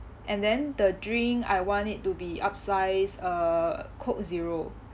and then the drink I want it to be upsize uh coke zero